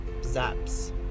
zaps